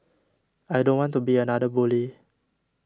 I don't want to be another bully